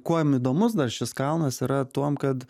kuom įdomus dar šis kalnas yra tuom kad